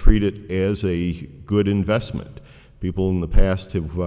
treat it as a good investment people in the past have